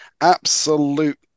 absolute